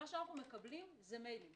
מה שאנו מקבלים זה מיילים